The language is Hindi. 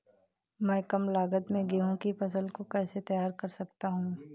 मैं कम लागत में गेहूँ की फसल को कैसे तैयार कर सकता हूँ?